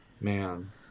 man